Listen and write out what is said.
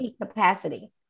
capacity